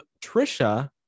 Trisha